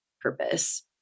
purpose